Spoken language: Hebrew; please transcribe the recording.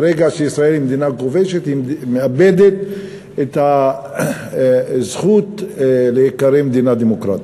ברגע שישראל היא מדינה כובשת היא מאבדת את הזכות להיקרא מדינה דמוקרטית.